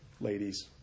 ladies